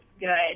good